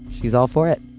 she's all for it.